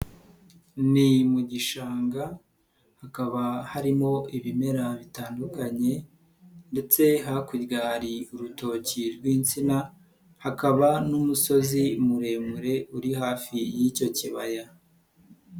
Ni mu gishanga hakaba harimo ibimera bitandukanye ndetse hakurya hari urutoki rw'insina hakaba n'umusozi muremure uri hafi y'icyo kibaya.